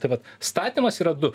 tai vat statymas yra du